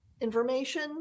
information